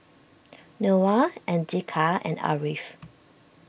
Noah Andika and Ariff